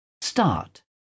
Start